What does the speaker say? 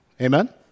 Amen